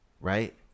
right